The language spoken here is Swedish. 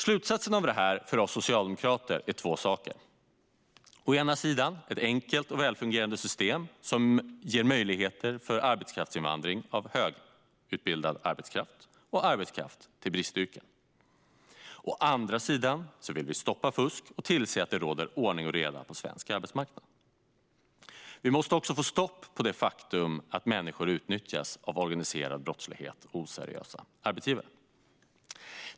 Slutsatsen av det här är för oss socialdemokrater tvådelad. Å ena sidan behövs ett enkelt och välfungerande system som ger möjligheter till arbetskraftsinvandring av högutbildad arbetskraft och arbetskraft till bristyrken. Å andra sidan vill vi stoppa fusk och tillse att det råder ordning och reda på svensk arbetsmarknad. Vi måste också få stopp på det faktum att människor utnyttjas av organiserad brottslighet och oseriösa arbetsgivare.